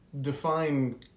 define